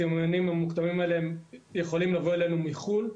הסימנים המוקדמים האלה יכולים לבוא אלינו מחו"ל,